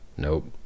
Nope